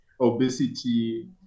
obesity